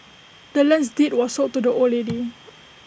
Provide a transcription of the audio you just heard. the land's deed was sold to the old lady